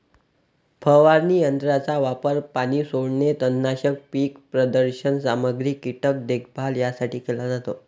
फवारणी यंत्राचा वापर पाणी सोडणे, तणनाशक, पीक प्रदर्शन सामग्री, कीटक देखभाल यासाठी केला जातो